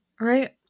Right